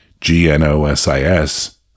G-N-O-S-I-S